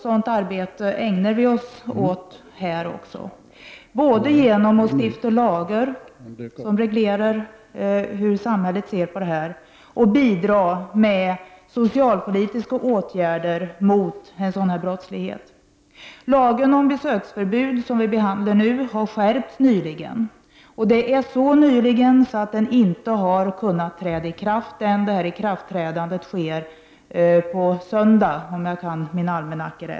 Sådant arbete ägnar vi oss åt även här i riksdagen, både genom att stifta lagar som reglerar samhällets syn på denna brottslighet och genom att bidra med socialpolitiska åtgärder mot sådan brottslighet. Lagen om besöksförbud, som vi nu behandlar, har nyligen skärpts. Det skedde så nyligen att lagen ännu inte har trätt i kraft. Denna lag träder i kraft på söndag.